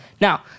Now